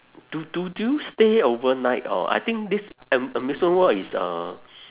do do do you stay overnight or I think this am~ amusement world is uh